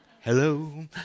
Hello